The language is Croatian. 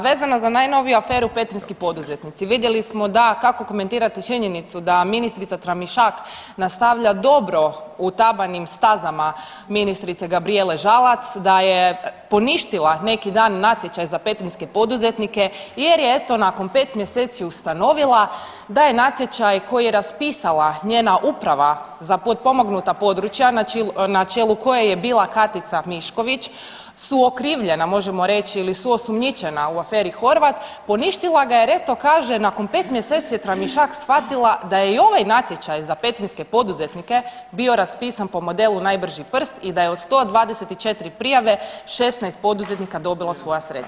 Vezano za najnoviju aferu petrinjski poduzetnici, vidjeli smo da kako komentirate činjenicu da ministrica Tramišak nastavlja dobro utabanim stazama ministrice Gabrijele Žalac, da je poništila neki dan natječaj za petrinjske poduzetnike jer je eto nakon pet mjeseci ustanovila da je natječaj koji je raspisala njena uprava za potpomognuta područja na čelu koje je bila Katica Mišković suokrivljena možemo reći ili su osumnjičena u aferi Horvat poništila ga jer eto kaže nakon pet mjeseci je Tramišak shvatila da je i ovaj natječaj za petrinjske poduzetnike bio raspisan po modelu najbrži prst i da je od 124 prijave 16 poduzetnika dobilo svoja sredstva.